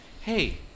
hey